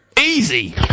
Easy